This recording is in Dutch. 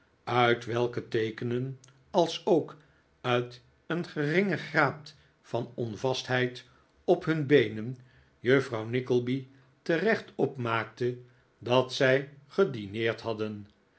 uit welke teekenen alsook uit een geringen graad van onvastheid op hun beenen juffrouw nickleby terecht opmaakte dat zij gedineerd hadden